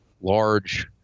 large